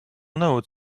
note